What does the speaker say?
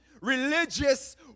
religious